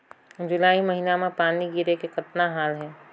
जुलाई महीना म पानी गिरे के कतना हाल हे?